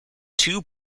two